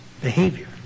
behavior